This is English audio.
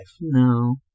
No